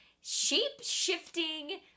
shape-shifting